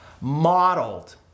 modeled